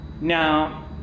Now